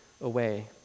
away